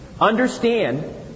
Understand